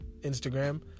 Instagram